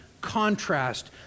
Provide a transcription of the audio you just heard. contrast